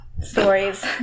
stories